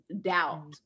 doubt